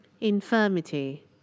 Infirmity